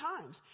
times